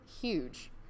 huge